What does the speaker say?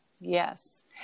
yes